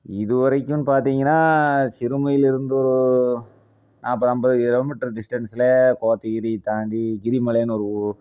இது வரைக்கும்னு பார்த்தீங்கன்னா சிறுமையிலேருந்து நாற்பது அம்பது கிலோமீட்டர் டிஸ்டன்ஸில் கோத்தகிரி தாண்டி கிரிமலைன்னு ஒரு ஊர்